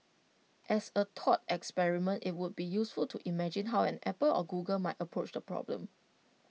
as A thought experiment IT would be useful to imagine how an Apple or Google might approach the problem